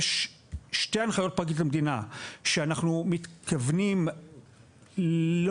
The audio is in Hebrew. יש שתי הנחיות מפרקליטות המדינה שאנחנו מתכוונים לא